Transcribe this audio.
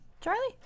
Charlie